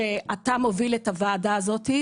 שאתה מוביל את הוועדה הזאת,